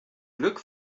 glück